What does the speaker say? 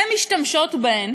הן משתמשות בהם